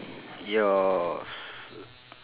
yours